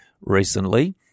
recently